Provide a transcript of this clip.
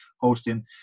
hosting